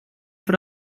för